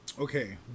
Okay